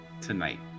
Tonight